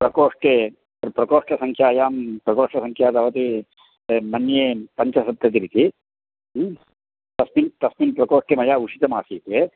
प्रकोष्ठे प्रकोष्ठसङ्ख्यायां प्रकोष्ठसङ्ख्या तावत् मन्ये पञ्चसप्ततिरिति तस्मिन् तस्मिन् प्रकोष्ठे मया उषितमासीत्